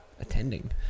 Attending